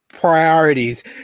priorities